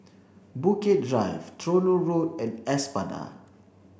Bukit Drive Tronoh Road and Espada